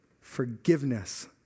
forgiveness